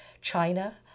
China